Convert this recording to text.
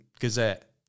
gazette